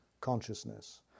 consciousness